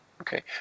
Okay